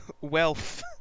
wealth